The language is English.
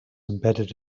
embedded